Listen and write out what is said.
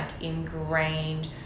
ingrained